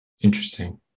interesting